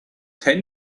ten